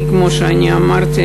כמו שאני אמרתי,